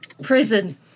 Prison